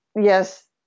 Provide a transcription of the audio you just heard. yes